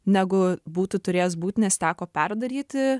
negu būtų turėjęs būt nes teko perdaryti